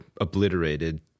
obliterated